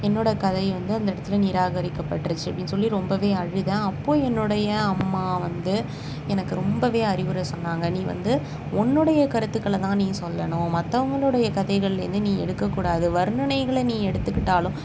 என்னோடய கதை வந்து அந்த இடத்துல நிராகரிக்கப்பட்டிருச்சு அப்படின்னு சொல்லி ரொம்பவே அழுதேன் அப்போது என்னுடைய அம்மா வந்து எனக்கு ரொம்பவே அறிவுரை சொன்னாங்கள் நீ வந்து உன்னுடைய கருத்துக்களை தான் நீ சொல்லணும் மற்றவங்களுடைய கதைகள்லேருந்து நீ எடுக்க கூடாது வர்ணனைகளை நீ எடுத்துக்கிட்டாலும்